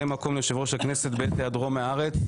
מקום ליושב ראש הכנסת בעת היעדרו מהארץ.